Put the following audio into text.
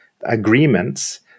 agreements